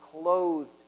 clothed